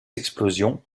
explosion